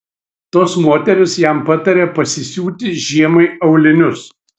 tos moterys jam patarė pasisiūti žiemai aulinius